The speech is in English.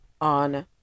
on